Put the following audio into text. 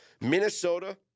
Minnesota